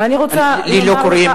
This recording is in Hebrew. לי לא קוראים,